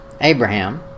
Abraham